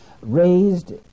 raised